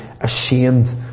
ashamed